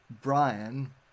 Brian